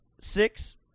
six